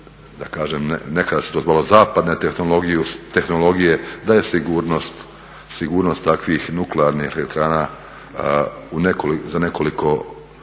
da kažem, nekad se to zvalo zapadne tehnologije, da je sigurnost takvih nuklearnih elektrana za nekoliko,